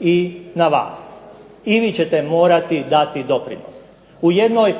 i na vas. I vi ćete morati dati doprinos. U jednoj